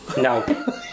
No